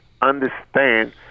understand